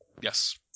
Yes